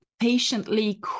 patiently